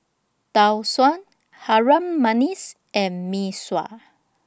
Tau Suan Harum Manis and Mee Sua